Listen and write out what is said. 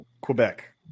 Quebec